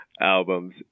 albums